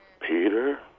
Peter